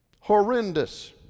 horrendous